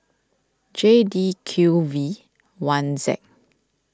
J D Q V one Z